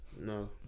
No